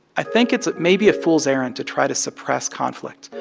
i think it's maybe a fool's errand to try to suppress conflict.